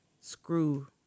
screw